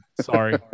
Sorry